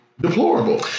deplorable